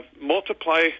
multiply